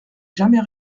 jamais